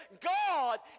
God